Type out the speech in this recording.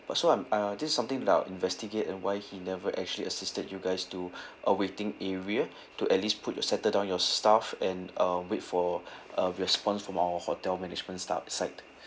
uh so I'm uh this is something that I'll investigate and why he never actually assisted you guys to a waiting area to at least put uh settle down your stuff and uh wait for uh response from our hotel management staff side